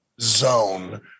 zone